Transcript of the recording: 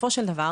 בסופו של דבר,